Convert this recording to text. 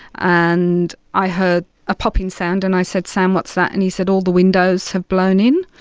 and i heard a popping sound. and i said, sam, what's that? and he said, all the windows have blown in.